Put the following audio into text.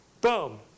Boom